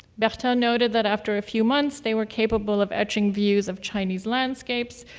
but noted that after a few months, they were capable of etching views of chinese landscapes,